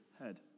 head